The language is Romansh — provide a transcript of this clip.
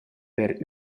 per